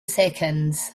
seconds